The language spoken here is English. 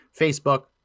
Facebook